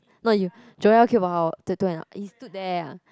no you Joel queued for how long two and you stood there ah